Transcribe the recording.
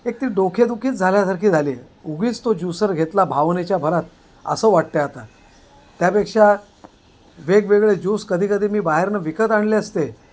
एक ती डोकेदुखीच झाल्यासारखी झाली उगीच तो ज्युसर घेतला भावनेच्या भरात असं वाटतं आहे आता त्यापेक्षा वेगवेगळे ज्यूस कधीकधी मी बाहेरनं विकत आणले असते